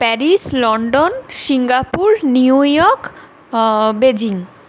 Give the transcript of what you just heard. Paris London Singapore New York Beijing